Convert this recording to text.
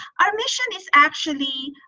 our mission is actually,